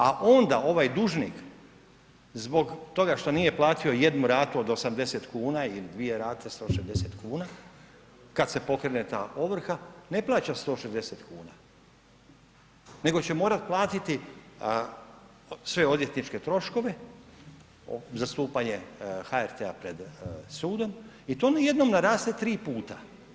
A onda ovaj dužnik zbog toga što nije platio jednu ratu od 80 kuna ili dvije rate 160 kuna kada se pokrene ta ovrha ne plaća 160 kuna, nego će morati platiti sve odvjetničke troškove, zastupanje HRT-a pred sudom i to najednom naraste tri puta.